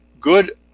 good